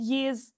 Years